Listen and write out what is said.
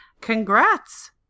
Congrats